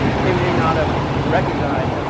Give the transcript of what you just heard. they may not have recognized,